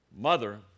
mother